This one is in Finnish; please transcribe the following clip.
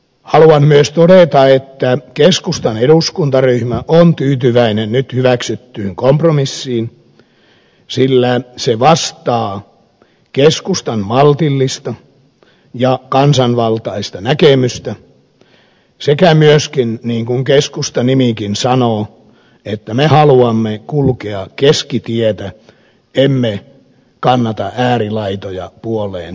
haluan myös todeta että keskustan eduskuntaryhmä on tyytyväinen nyt hyväksyttyyn kompromissiin sillä se vastaa keskustan maltillista ja kansanvaltaista näkemystä sillä niin kuin keskusta nimikin sanoo me haluamme kulkea keskitietä emme kannata äärilaitoja puoleen emmekä toiseen